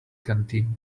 canteen